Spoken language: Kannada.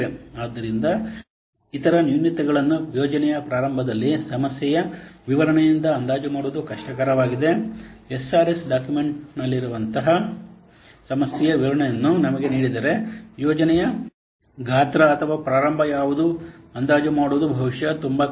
ಆದ್ದರಿಂದ ಇತರ ನ್ಯೂನತೆಗಳನ್ನು ಯೋಜನೆಯ ಪ್ರಾರಂಭದಲ್ಲಿ ಸಮಸ್ಯೆಯ ವಿವರಣೆಯಿಂದ ಅಂದಾಜು ಮಾಡುವುದು ಕಷ್ಟಕರವಾಗಿದೆ ಎಸ್ಆರ್ಎಸ್ ಡಾಕ್ಯುಮೆಂಟ್ನಂತಹ ಸಮಸ್ಯೆಯ ವಿವರಣೆಯನ್ನು ನಮಗೆ ನೀಡಿದರೆ ಯೋಜನೆಯ ಗಾತ್ರ ಅಥವಾ ಪ್ರಾರಂಭ ಯಾವುದು ಅಂದಾಜು ಮಾಡುವುದು ಬಹುಶಃ ತುಂಬಾ ಕಷ್ಟ